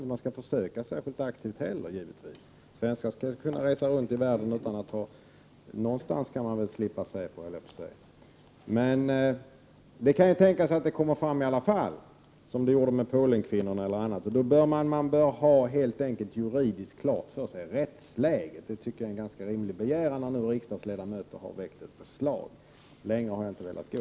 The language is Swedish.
Det tycker jag inte heller att man skall försöka göra på ett aktivt sätt. Det kan tänkas att fakta kommer fram i alla fall på samma sätt som skedde med de kvinnor som gjorde abort i Polen. Man bör ha det juridiska rättsläget klart för sig. Det är en rimlig begäran när nu riksdagsledamöter har väckt ett förslag. Längre än så har jag inte velat gå.